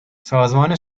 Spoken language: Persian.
سازمان